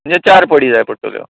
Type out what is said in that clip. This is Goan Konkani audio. म्हणजे चार पडी जाय पडटल्यो